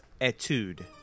etude